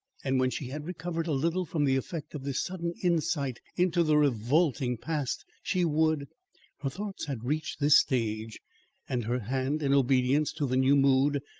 and when she had recovered a little from the effect of this sudden insight into the revolting past, she would her thoughts had reached this stage and her hand, in obedience to the new mood,